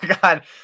God